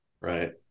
Right